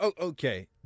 okay